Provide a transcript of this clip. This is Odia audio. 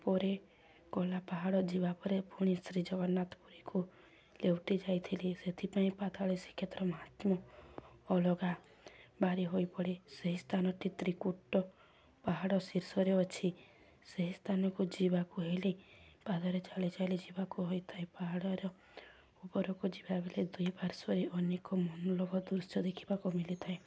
ପରେ କଳା ପାହାଡ଼ ଯିବା ପରେ ପୁଣି ଶ୍ରୀ ଜଗନ୍ନାଥ ପୁରୀକୁ ଲେଉଟି ଯାଇଥିଲି ସେଥିପାଇଁ ପାତାଳି ଶ୍ରୀକ୍ଷେତ୍ର ମହାତ୍ମ ଅଲଗା ବାରି ହୋଇପଡ଼େ ସେହି ସ୍ଥାନଟି ତ୍ରିକୁଟ ପାହାଡ଼ ଶୀର୍ଷରେ ଅଛି ସେହି ସ୍ଥାନକୁ ଯିବାକୁ ହେଲେ ପାଦରେ ଚାଲି ଚାଲି ଯିବାକୁ ହୋଇଥାଏ ପାହାଡ଼ର ଉପରକୁ ଯିବା ବଲେ ଦୁଇ ପାର୍ଶ୍ୱରେ ଅନେକ ମନଲୋଭା ଦୃଶ୍ୟ ଦେଖିବାକୁ ମିିଳିଥାଏ